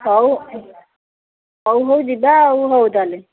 ହେଉ ହେଉ ହେଉ ଯିବା ଆଉ ହେଉ ତା'ହେଲେ